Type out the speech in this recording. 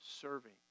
serving